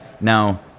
Now